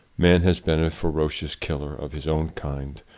man has been a ferocious killer of his own kind,